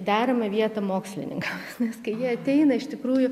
deramą vietą mokslininkam nes kai jie ateina iš tikrųjų